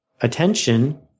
attention